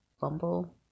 Bumble